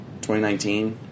2019